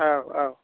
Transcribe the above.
औ औ